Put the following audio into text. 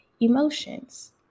emotions